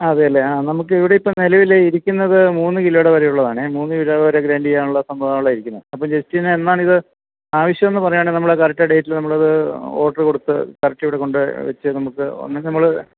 അതെയല്ലേ ആ നമുക്ക് ഇവിടെയിപ്പം നിലവിൽ ഇരിക്കുന്നത് മൂന്ന് കിലോയുടെ വരെ ഉള്ളതാണ് മൂന്ന് കിലോ വരെ ഗ്രൈൻഡ് ചെയ്യാനുള്ള സംഭവമുള്ളതാണ് ഇരിക്കുന്നത് അപ്പോൾ ജെസ്റ്റിന് എന്നാണിത് ആവശ്യമെന്ന് പറയുവാണേൽ നമ്മൾ കറക്റ്റ് ഡേറ്റിൽ നമ്മളത് ഓർഡർ കൊടുത്ത് പർച്ചെ ഇവിടെ കൊണ്ടുവച്ച് നമുക്ക് അങ്ങനെ നമ്മൾ